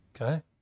okay